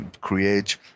create